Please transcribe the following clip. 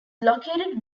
located